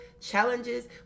challenges